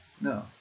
no